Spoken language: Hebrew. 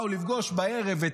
בערב,